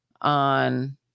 on